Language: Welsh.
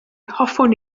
hoffwn